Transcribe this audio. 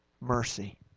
mercy